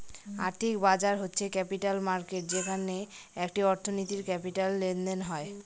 আর্থিক বাজার হচ্ছে ক্যাপিটাল মার্কেট যেখানে একটি অর্থনীতির ক্যাপিটাল লেনদেন হয়